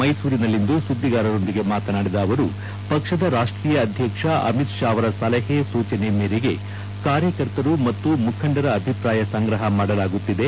ಮೈಸೂರಿನಲ್ಲಿಂದು ಸುದ್ದಿಗಾರರೊಂದಿಗೆ ಮಾತನಾಡಿದ ಅವರು ಪಕ್ಷದ ರಾಷ್ಟೀಯ ಅಧ್ಯಕ್ಷ ಅಮಿತ್ ಶಾ ಅವರ ಸಲಹೆ ಸೂಚನೆ ಮೇರೆಗೆ ಕಾರ್ಯಕರ್ತರು ಮತ್ತು ಮುಖಂಡರ ಅಭಿಪ್ರಾಯ ಸಂಗ್ರಹ ಮಾಡಲಾಗುತ್ತಿದೆ